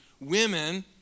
women